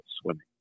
swimming